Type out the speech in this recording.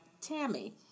Tammy